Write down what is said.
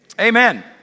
Amen